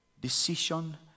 decision